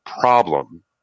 problem